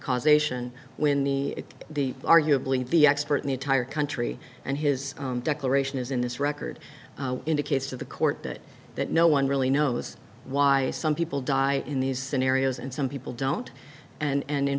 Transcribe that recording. causation when the the arguably the expert in the entire country and his declaration is in this record indicates to the court that that no one really knows why some people die in these scenarios and some people don't and